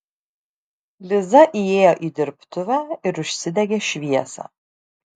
liza įėjo į dirbtuvę ir užsidegė šviesą